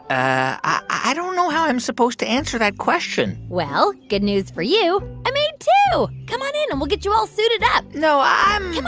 ah i don't know how i'm supposed to answer that question well, good news for you i made two. come on in, and we'll get you all suited up no, i'm.